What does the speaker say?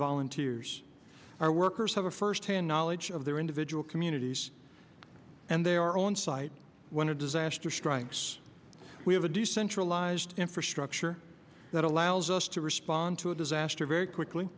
volunteers are workers have a firsthand knowledge of their individual communities and they are on site when a disaster strikes we have a decentralized infrastructure that allows us to respond to a disaster very quickly